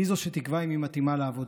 היא שתקבע אם היא מתאימה לעבודה.